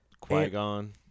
Qui-Gon